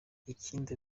ikindi